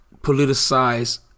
politicize